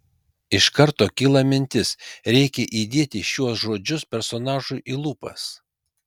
iš karto kyla mintis reikia įdėti šiuos žodžius personažui į lūpas